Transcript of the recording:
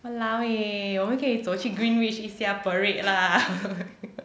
!walao! eh 我们可以走去 greenwich 一下 parade lah